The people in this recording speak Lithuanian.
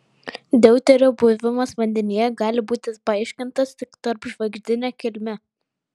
deuterio buvimas vandenyje gali būti paaiškintas tik tarpžvaigždine kilme